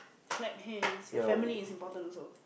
clap hands your family is important also